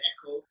Echo